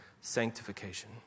sanctification